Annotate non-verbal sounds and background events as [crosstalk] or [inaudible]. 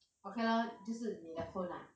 [noise] okay lor 就是你的 phone ah